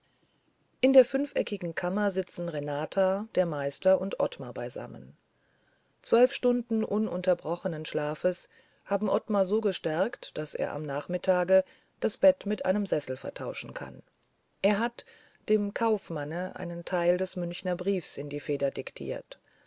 in der fünfeckigen kammer sitzen renata der meister und ottmar beisammen zwölf stunden ununterbrochenen schlafes haben ottmar so gestärkt daß er am nachmittage das bett mit einem sessel vertauschen kann er hat dem kaufmanne einen teil des münchner briefs in die feder diktiert